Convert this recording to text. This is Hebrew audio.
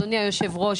אדוני יושב הראש,